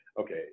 okay